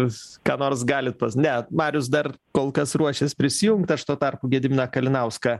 jūs ką nors galit pas ne marius dar kol kas ruošias prisijungt aš tuo tarpu gediminą kalinauską